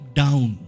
down